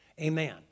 Amen